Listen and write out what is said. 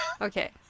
Okay